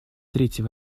третий